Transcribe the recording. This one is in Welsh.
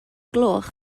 gloch